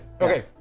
Okay